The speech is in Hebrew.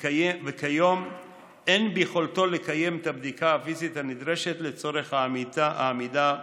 וכיום אין ביכולתו לקיים את הבדיקה הפיזית הנדרשת לצורך העמידה בתקן.